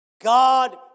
God